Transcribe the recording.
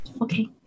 Okay